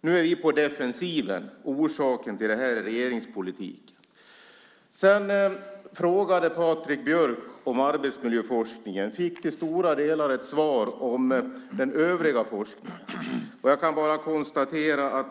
Nu är vi på defensiven, och orsaken till det är regeringens politik. Patrik Björck ställde frågor om arbetsmiljöforskningen. Han fick till stora delar svar om den övriga forskningen.